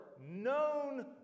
known